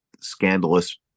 scandalous